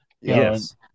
Yes